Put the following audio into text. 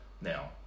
now